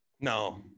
No